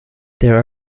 there